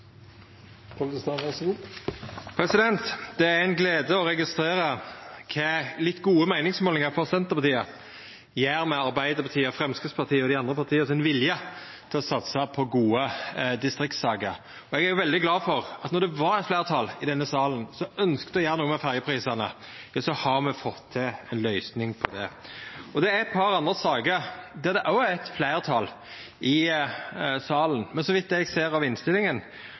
glede å registrera kva litt gode meiningsmålingar for Senterpartiet gjer med Arbeidarpartiet, Framstegspartiet og dei andre partia sin vilje til å satsa på gode distriktssaker. Eg er veldig glad for at når det var eit fleirtal i denne salen som ønskte å gjera noko med ferjeprisane, så har me fått til ei løysing på det. Det er eit par andre saker der det òg er eit fleirtal i salen, men så vidt eg ser av innstillinga,